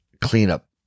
cleanup